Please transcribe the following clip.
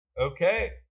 Okay